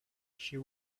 she